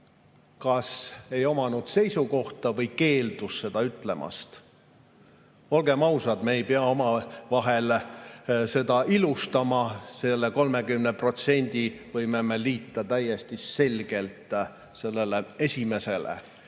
kas ei omanud seisukohta või keeldus seda ütlemast. Olgem ausad, me ei pea omavahel seda ilustama, selle 30% võime me liita täiesti selgelt sellele esimesele.